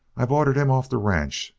i've ordered him off the ranch.